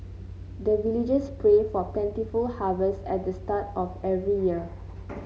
the villagers pray for plentiful harvest at the start of every year